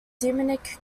demonic